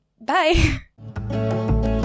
bye